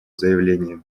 заявление